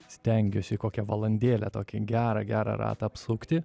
stengiuosi kokią valandėlę tokį gerą gerą ratą apsukti